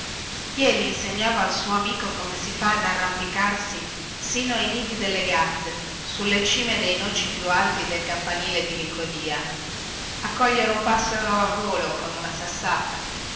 jeli insegnava al suo amico come si fa ad arrampicarsi sino ai nidi delle gazze sulle cime dei noci più alti del campanile di licodia a cogliere un passero a volo con una sassata